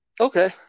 Okay